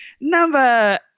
number